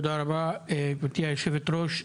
תודה רבה גבירתי היושבת-ראש.